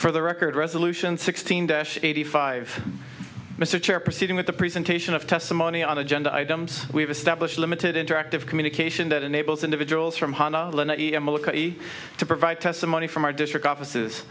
for the record resolution sixteen dash eighty five mr chair proceeding with the presentation of testimony on agenda items we've established a limited interactive communication that enables individuals from honda to provide testimony from our district offices